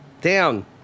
down